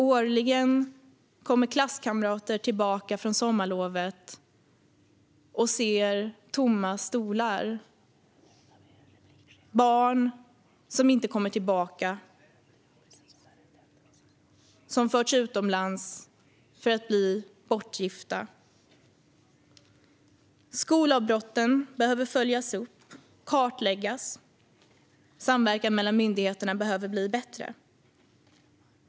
Årligen kommer klasskamrater tillbaka från sommarlovet och ser tomma stolar efter barn som inte kommer tillbaka eftersom de har förts utomlands för att bli bortgifta. Skolavbrotten behöver följas upp och kartläggas. Och samverkan mellan myndigheterna behöver bli bättre.